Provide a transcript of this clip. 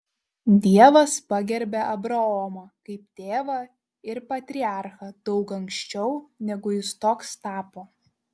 dievas pagerbė abraomą kaip tėvą ir patriarchą daug anksčiau negu jis toks tapo